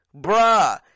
bruh